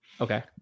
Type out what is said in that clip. Okay